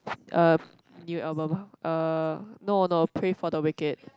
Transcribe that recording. uh new album uh no no Pray For the Wicked